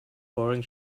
boring